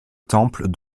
temple